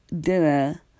dinner